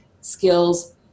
skills